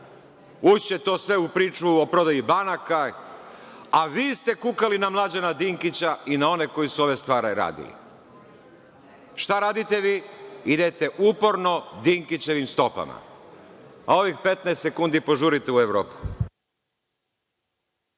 će to sve u priču o prodaji banaka. A vi ste kukali na Mlađana Dinkića i na one koji su ove stvari radili. Šta radite vi? Idete uporno Dinkićevim stopama. A ovih 15 sekundi požurite u Evropu.